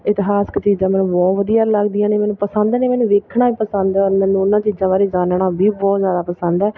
ਇਤਿਹਾਸਿਕ ਚੀਜ਼ਾਂ ਮੈਨੂੰ ਬਹੁਤ ਵਧੀਆ ਲੱਗਦੀਆਂ ਨੇ ਮੈਨੂੰ ਪਸੰਦ ਨੇ ਮੈਨੂੰ ਵੇਖਣਾ ਵੀ ਪਸੰਦ ਹੈ ਔਰ ਮੈਨੂੰ ਉਹਨਾਂ ਚੀਜ਼ਾਂ ਬਾਰੇ ਜਾਣਨਾ ਵੀ ਬਹੁਤ ਜ਼ਿਆਦਾ ਪਸੰਦ ਹੈ